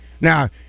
Now